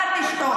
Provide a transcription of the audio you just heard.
אתה תשתוק.